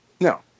no